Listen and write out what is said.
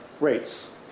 rates